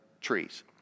trees